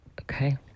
okay